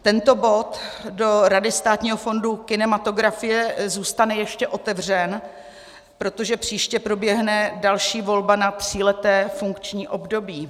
Tento bod do Rady Státního fondu kinematografie zůstane ještě otevřen, protože příště proběhne další volba na tříleté funkční období.